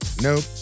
Nope